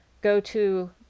go-to